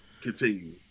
continue